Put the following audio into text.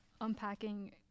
unpacking